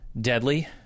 deadly